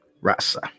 Rasa